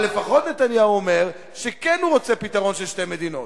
אבל לפחות נתניהו אומר שהוא כן רוצה פתרון של שתי מדינות.